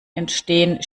entstehen